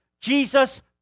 Jesus